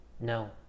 No